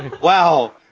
Wow